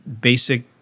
basic